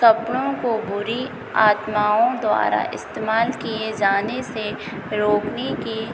कपड़ों को बुरी आत्माओं द्वारा इस्तेमाल किए जाने से रोकने के